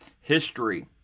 History